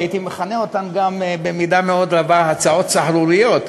שהייתי מכנה אותן במידה רבה הצעות סהרוריות,